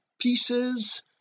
pieces